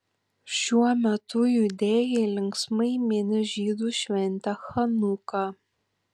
šiuo metu judėjai linksmai mini žydų šventę chanuką